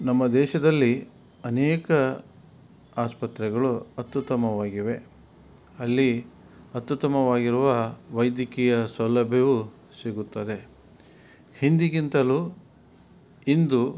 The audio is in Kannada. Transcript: ನಮ್ಮ ದೇಶದಲ್ಲಿ ಅನೇಕ ಆಸತ್ರೆಗಳು ಅತ್ಯುತ್ತಮವಾಗಿವೆ ಅಲ್ಲಿ ಅತ್ಯುತ್ತಮವಾಗಿರುವ ವೈದ್ಯಕೀಯ ಸೌಲಭ್ಯವೂ ಸಿಗುತ್ತದೆ ಹಿಂದಿಗಿಂತಲೂ ಇಂದು